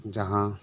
ᱡᱟᱦᱟᱸ